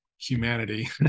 humanity